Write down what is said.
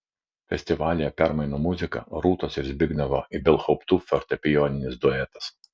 festivalyje permainų muzika rūtos ir zbignevo ibelhauptų fortepijoninis duetas